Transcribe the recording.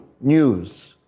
News